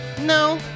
No